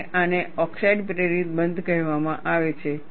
અને આને ઓક્સાઇડ પ્રેરિત બંધ કહેવામાં આવે છે